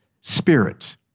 spirit